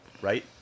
right